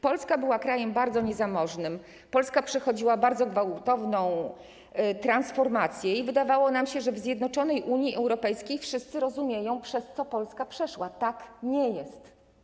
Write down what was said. Polska była krajem bardzo niezamożnym, Polska przechodziła bardzo gwałtowną transformację i wydawało nam się, że w zjednoczonej Unii Europejskiej wszyscy rozumieją, przez co Polska przeszła, natomiast tak nie jest.